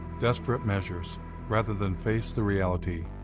desperate measures rather than face the reality,